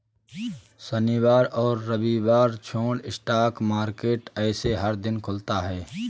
शनिवार और रविवार छोड़ स्टॉक मार्केट ऐसे हर दिन खुलता है